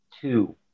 two